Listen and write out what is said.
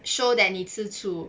show that 你吃醋